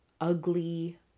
ugly